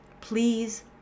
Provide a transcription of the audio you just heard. Please